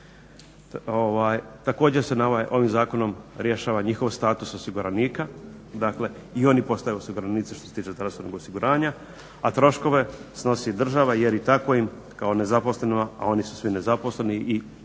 Također se ovim zakonom rješava njihov status osiguranika, dakle i oni postaju osiguranici što se tiče zdravstvenog osiguranja, a troškove snosi država jer i tako im kao nezaposlenima, a oni su svi nezaposleni i dalje